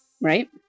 right